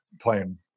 playing